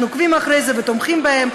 אנחנו עוקבים אחרי זה ותומכים בהם,